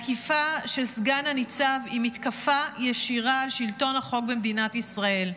התקיפה של הסגן ניצב היא מתקפה ישירה על שלטון החוק במדינת ישראל.